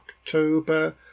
October